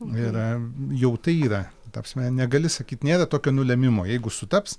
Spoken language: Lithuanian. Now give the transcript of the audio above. ir jau tai yra ta prasme negali sakyt nėra tokio nulėmimo jeigu sutaps